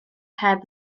heb